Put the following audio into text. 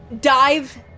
dive